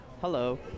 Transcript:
Hello